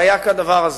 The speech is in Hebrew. לא היה כדבר הזה.